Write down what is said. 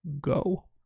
go